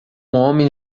homem